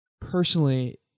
personally